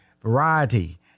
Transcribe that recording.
Variety